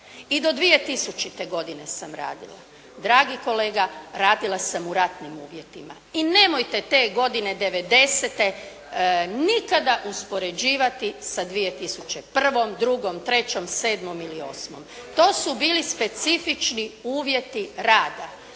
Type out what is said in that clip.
i do 2000. godine sam radila. Dragi kolega, radila sam u ratnim uvjetima. I nemojte te godine devedesete nikada uspoređivati sa 2001., drugom, trećom, sedmom ili osmom. To su bili specifični uvjeti rada,